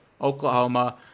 Oklahoma